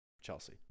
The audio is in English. Chelsea